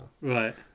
Right